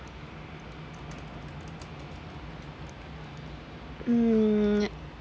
um